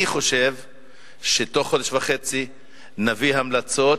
אני חושב שבתוך חודש וחצי נביא המלצות,